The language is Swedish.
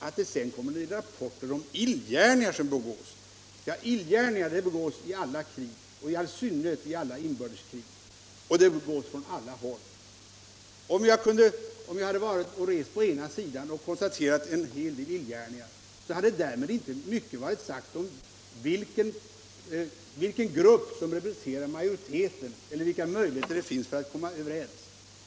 Att det sedan kommer in rapporter om illgärningar är ingenting märk ligt. Illgärningar begås i alla krig, i all synnerhet i alla inbördeskrig, och de begås från alla håll. Och om jag hade rest på den ena sidan och konstaterat en hel del illgärningar hade därmed inte mycket varit sagt om vilken grupp som representerar majoriteten eller vilka möjligheter det finns att komma överens.